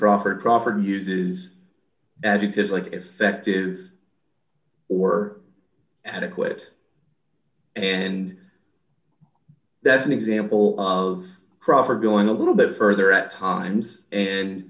crawford crawford uses adjectives like effective or adequate and that's an example of crawfordville and a little bit further at times and